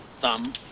thumb